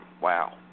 Wow